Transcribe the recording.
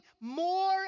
more